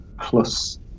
plus